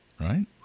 right